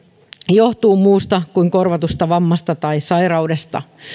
johtuu muusta kuin korvatusta vammasta tai sairaudesta